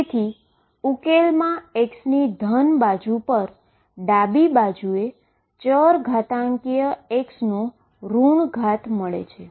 તેથી ઉકેલમાં x ની ધન બાજુ પર ડાબી બાજુએ ચર એક્સ્પોનેન્શીઅલ x નો ઋણ ઘાત મળે છે